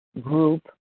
group